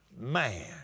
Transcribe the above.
man